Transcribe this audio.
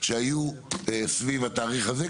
שהיו סביב התאריך הזה,